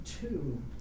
two